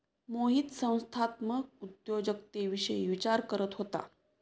मोहित संस्थात्मक उद्योजकतेविषयी विचार करत होता